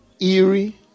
eerie